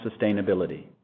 sustainability